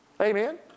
Amen